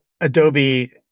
Adobe